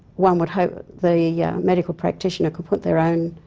one would hope the yeah medical practitioner could put their own